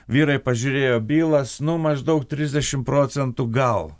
vyrai pažiūrėjo bylas nu maždaug trisdešimt procentų gal